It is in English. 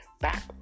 back